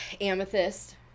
amethyst